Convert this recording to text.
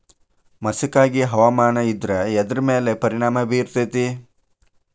ಮಸಕಾಗಿ ಹವಾಮಾನ ಇದ್ರ ಎದ್ರ ಮೇಲೆ ಪರಿಣಾಮ ಬಿರತೇತಿ?